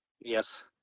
Yes